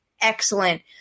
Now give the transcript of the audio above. excellent